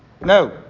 No